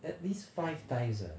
at least five times uh